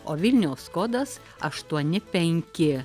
o vilniaus kodas aštuoni penki